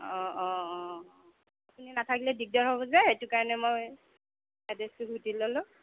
অ অ অ আপুনি নাথাকিলে দিগদাৰ হ'ব যে সেইটো কাৰণে মই এড্ৰেছটো সুধি ল'লোঁ